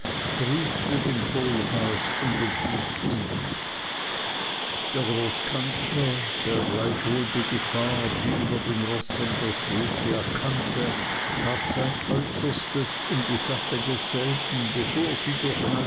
grüßte den kohlhaas und entließ ihn der großkanzler der gleichwohl die gefahr die über dem roßhändler schwebte erkannte tat sein äußerstes um die sache desselben bevor sie